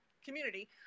community